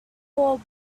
paul